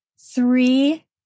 Three